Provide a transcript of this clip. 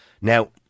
Now